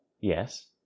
Yes